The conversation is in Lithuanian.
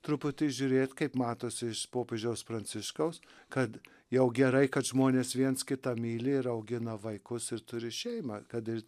truputį žiūrėt kaip matosi iš popiežiaus pranciškaus kad jau gerai kad žmonės viens kitą myli ir augina vaikus ir turi šeimą kad ir